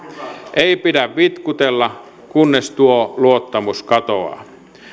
ei pidä vitkutella kunnes tuo luottamus katoaa